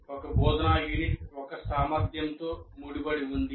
ఒక బోధనా యూనిట్ ఒక సామర్థ్యంతో ముడిపడి ఉంది